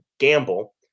gamble